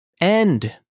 End